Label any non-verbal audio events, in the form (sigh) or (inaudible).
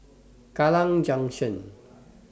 (noise) Kallang Junction